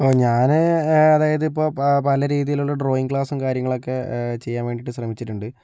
ഇപ്പോൾ ഞാൻ അതായത് ഇപ്പോൾ പല രീതിയിലുള്ള ഡ്രോയിങ്ങ് ക്ലാസും കാര്യങ്ങളൊക്കെ ചെയ്യാൻ വേണ്ടിയിട്ട് ശ്രമിച്ചിട്ടുണ്ട്